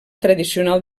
tradicional